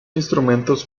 instrumentos